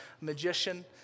magician